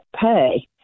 pay